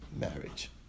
marriage